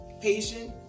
patient